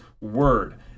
word